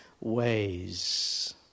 ways